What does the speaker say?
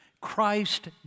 Christ